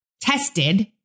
tested